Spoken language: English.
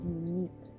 unique